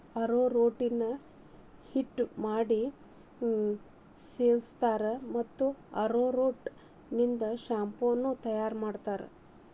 arrowroot ನ ಹಿಟ್ಟ ಮಾಡಿ ಸೇವಸ್ತಾರ, ಮತ್ತ ಅರೋರೂಟ್ ನಿಂದ ಶಾಂಪೂ ನು ತಯಾರ್ ಮಾಡ್ತಾರ